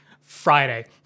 Friday